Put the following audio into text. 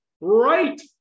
right